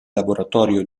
laboratorio